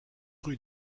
rue